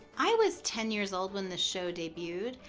i was ten years old when the show debuted,